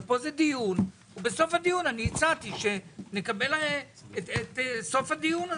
אבל פה זה דיון ובסופו הצעתי שנקבל את סוף הדיון הזה.